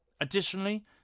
additionally